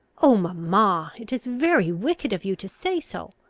oh, mamma! it is very wicked of you to say so.